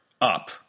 up